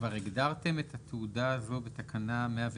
כבר הגדרתם את התעודה הזו בתקנה 101?